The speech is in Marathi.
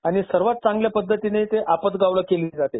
आणि सर्वात चांगल्या पद्धतीने ते आपतगावला केली जाते